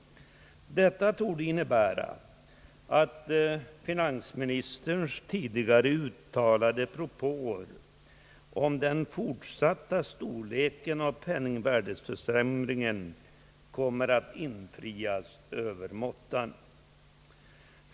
Detia torde innebära att finansministerns tidigare uttalade propåer om storleken av penningvärdets fortsatta försämring kommer att infrias över måttan.